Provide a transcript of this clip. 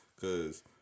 Cause